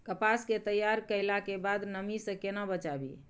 कपास के तैयार कैला कै बाद नमी से केना बचाबी?